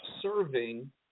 serving